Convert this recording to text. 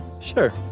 Sure